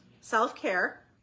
self-care